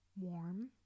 warm